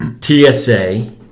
TSA